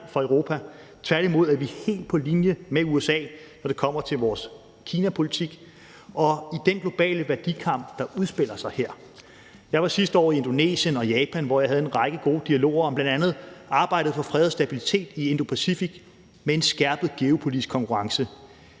for Europa. Tværtimod er vi helt på linje med USA, når det kommer til vores kinapolitik og den globale værdikamp, der udspiller sig her. Jeg var sidste år i Indonesien og Japan, hvor jeg deltog i en række gode dialoger om bl.a. arbejdet for fred og stabilitet i Indo-Pacific med en skærpet geopolitisk konkurrence.